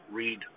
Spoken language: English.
read